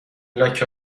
لکه